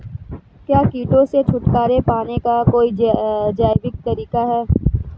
क्या कीटों से छुटकारा पाने का कोई जैविक तरीका है?